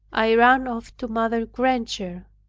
i ran off to mother granger.